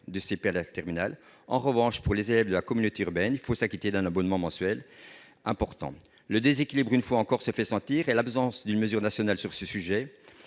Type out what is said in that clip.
la classe de terminale. En revanche, les élèves de la communauté urbaine doivent s'acquitter d'un abonnement mensuel important. Le déséquilibre, une fois encore, se fait sentir. L'absence d'une mesure nationale sur ce sujet